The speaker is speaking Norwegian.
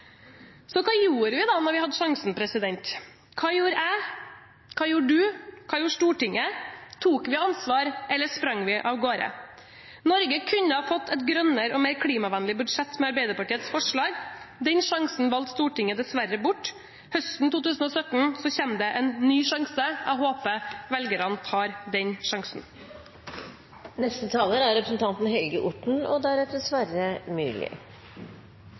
så fort beina kan bære dem bort fra sine. Så hva gjorde vi da vi hadde sjansen? Hva gjorde jeg? Hva gjorde du? Hva gjorde Stortinget? Tok vi ansvar, eller sprang vi av gårde? Norge kunne ha fått et grønnere og mer klimavennlig budsjett med Arbeiderpartiets forslag. Den sjansen valgte Stortinget dessverre bort. Høsten 2017 kommer det en ny sjanse. Jeg håper velgerne tar den sjansen. Samferdsel er